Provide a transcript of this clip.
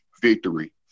victory